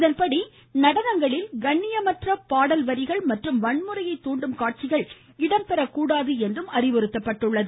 இதன்படி நடனங்களில் கண்ணியமற்ற பாடல் வரிகள் மற்றும் வன்முறையை தூண்டும் காட்சிகள் இடம்பெற கூடாது என்று அறிவுறுத்தப்பட்டுள்ளது